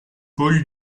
paul